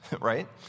right